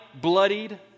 bloodied